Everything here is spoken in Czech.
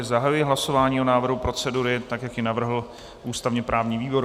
Zahajuji hlasování o návrhu procedury, jak ji navrhl ústavněprávní výbor.